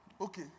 Okay